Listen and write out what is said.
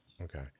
Okay